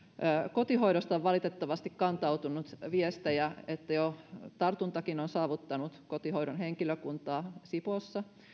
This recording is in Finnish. kotihoidosta on valitettavasti kantautunut viestejä että tartunta on saavuttanut jo kotihoidonkin henkilökuntaa sipoossa